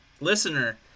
Listener